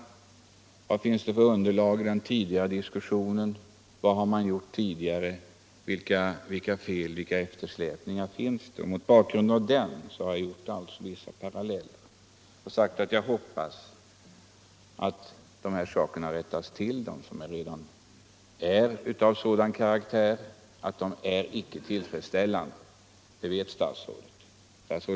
Vad finns det för underlag i den tidigare diskussionen? Vad har man förut gjort? Vilka eftersläpningar finns? Mot bakgrund härav har jag alltså dragit vissa paralleller och sagt att jag hoppas att de saker rättas till som är av sådan karaktär att de inte är tillfredsställande. Det vet statsrådet.